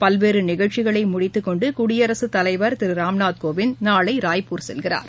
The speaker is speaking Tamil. பல்வேறு நிகழ்ச்சிகளை முடித்து கொண்டு குடியரசு தலைவர் திரு ராம்நாத் கோவிந்த் நாளை ராய்ப்பூர் செல்கிறார்